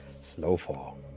Snowfall